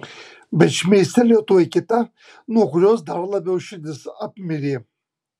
bet šmėstelėjo tuoj kita nuo kurios dar labiau širdis apmirė